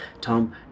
Tom